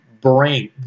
brain